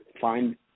find